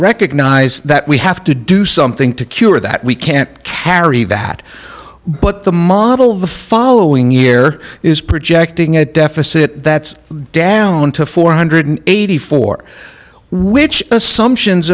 recognize that we have to do something to cure that we can't carry that but the model of the following year is projecting a deficit that's down to four hundred eighty four which assumptions